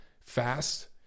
Fast